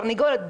התרנגולת.